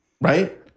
right